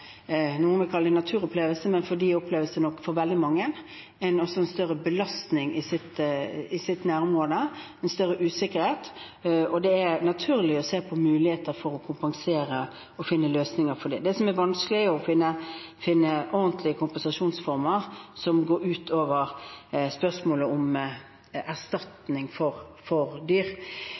noen vil kalle det, men det oppleves nok for veldig mange som en større belastning i deres nærområde, en større usikkerhet. Det er naturlig å se på muligheter for å kompensere og finne løsninger for dem. Det som er vanskelig, er å finne ordentlige kompensasjonsformer som går utover spørsmålet om erstatning for dyr.